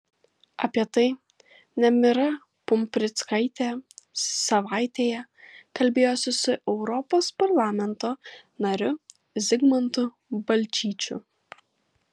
apie tai nemira pumprickaitė savaitėje kalbėjosi su europos parlamento nariu zigmantu balčyčiu